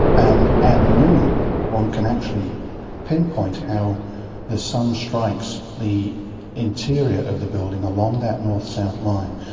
and at noon one can actually pinpoint how the sun strikes the interior of the building along that north-south line,